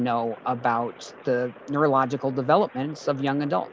know about the neurological developments of young adult